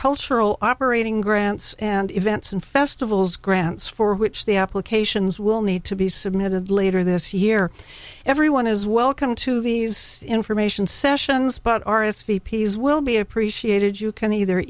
cultural operating grants and events and festivals grants for which the applications will need to be submitted later this year everyone is welcome to these information sessions but r s v p is will be appreciated you can either